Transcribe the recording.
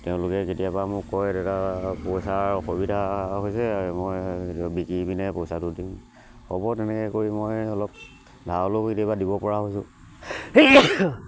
তেওঁলোকে কেতিয়াবা মোক কয় দাদা পইচাৰ অসুবিধা হৈছে মই এতিয়া বিক্ৰী পিনে পইচাটো দিম হ'ব তেনেকে কৰি মই অলপ অলপ কেতিয়াবা দিব পৰা হৈছো